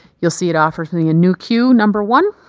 you'll see it offers me a new cue number one.